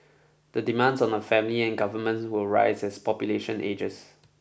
the demands on a family and governments will rise as population ages